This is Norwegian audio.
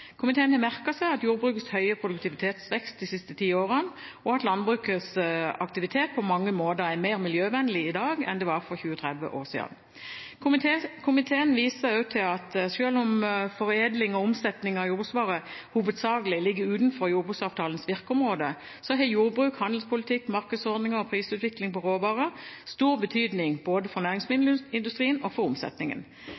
Komiteen har merket seg jordbrukets høye produktivitetsvekst de siste ti årene og at landbrukets aktivitet på mange måter er mer miljøvennlig i dag enn det var for 20–30 år siden. Komiteen viser også til at selv om foredling og omsetning av jordbruksvarer hovedsakelig ligger utenfor jordbruksavtalens virkeområde, har jordbruk og handelspolitikk, markedsordninger og prisutvikling på råvarer stor betydning både for næringsmiddelindustrien og for omsetningen.